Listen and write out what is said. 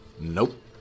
Nope